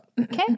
Okay